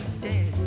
dead